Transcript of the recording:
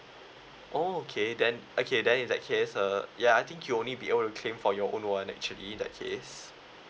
oh okay then okay then in that case uh ya I think you only be able to claim for your own one actually that case